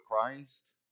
Christ